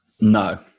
No